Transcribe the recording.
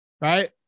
right